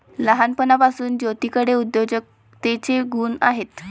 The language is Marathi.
लहानपणापासून ज्योतीकडे उद्योजकतेचे गुण आहेत